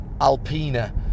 Alpina